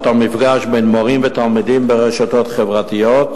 המפגש בין מורים ותלמידים ברשתות חברתיות,